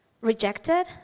Rejected